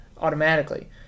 automatically